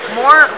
more